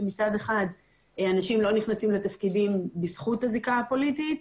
כשמצד אחד אנשים לא נכנסים לתפקידים בזכות הזיקה הפוליטית,